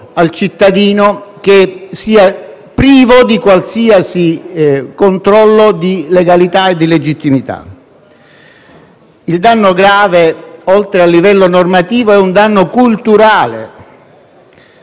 al cittadino in modo privo da qualsiasi controllo di legalità e di legittimità. Il danno grave, oltre al livello normativo, è un danno culturale.